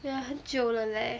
ya 很久了 leh